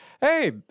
hey